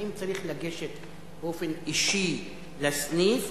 האם צריך לגשת באופן אישי לסניף,